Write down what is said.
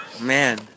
Man